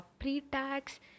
pre-tax